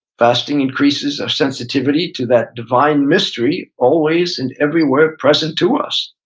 fasting increases our sensitivity to that divine mystery always and everywhere present to us.